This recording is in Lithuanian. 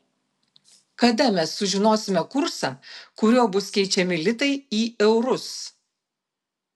kada mes sužinosime kursą kuriuo bus keičiami litai į eurus